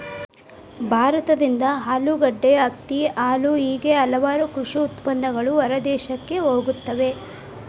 ಭಾರತದಿಂದ ಆಲೂಗಡ್ಡೆ, ಹತ್ತಿ, ಹಾಲು ಹೇಗೆ ಹಲವಾರು ಕೃಷಿ ಉತ್ಪನ್ನಗಳು ಹೊರದೇಶಕ್ಕೆ ಹೋಗುತ್ತವೆ